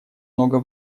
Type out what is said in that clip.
много